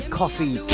coffee